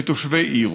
לתושבי העיר.